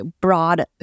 broad